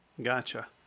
Gotcha